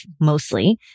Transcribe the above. mostly